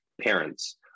parents